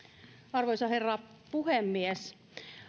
arvoisa herra puhemies